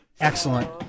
Excellent